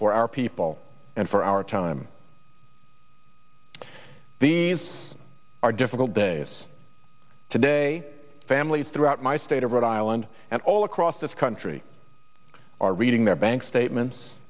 for our people and for our time these are difficult days today families throughout my state of rhode island and all across this country are reading their bank statements